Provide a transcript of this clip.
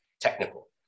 technical